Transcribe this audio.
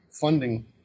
funding